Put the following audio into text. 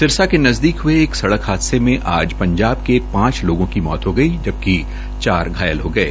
सिरसा के नज़दीक हये सड़क हादसे में आज पंजाब के पांच लोगों की मौत हो गई जबकि चार घायल हो गये